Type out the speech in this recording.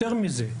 ויותר מזה,